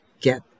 get